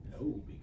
No